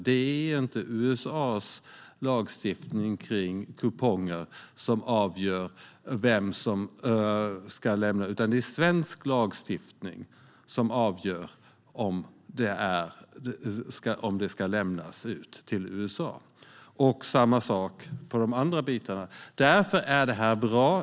Det är inte USA:s lagstiftning kring kuponger som avgör, utan det är svensk lagstiftning som avgör om något ska lämnas ut till USA. Det är samma sak beträffande de andra delarna. Därför är detta bra.